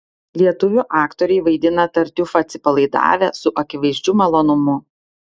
lietuvių aktoriai vaidina tartiufą atsipalaidavę su akivaizdžiu malonumu